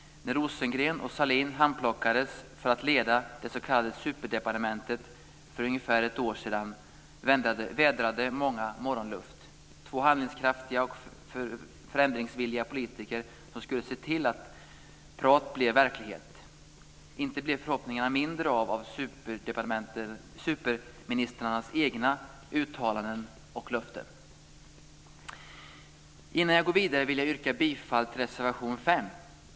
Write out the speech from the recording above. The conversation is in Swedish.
När Rosengren och Sahlin för ungefär ett år sedan handplockades för att leda det s.k. superdepartementet vädrade många morgonluft - två handlingskraftiga och förändringsvilliga politiker som skulle se till att prat blev verklighet. Men inte blev förhoppningarna mindre av superministrarnas egna uttalanden och löften. Innan jag går vidare vill jag yrka bifall till reservation 5.